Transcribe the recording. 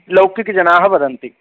लौकिकजनाः वदन्ति